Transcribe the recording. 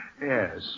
Yes